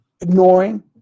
ignoring